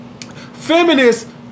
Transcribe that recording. Feminists